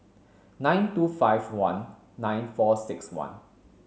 nine two five one nine four six one